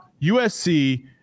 USC